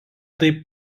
taip